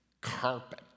Carpet